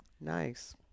Nice